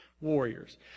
warriors